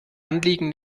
anliegen